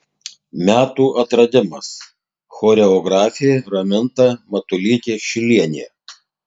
metų atradimas choreografė raminta matulytė šilienė